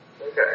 Okay